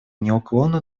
неуклонно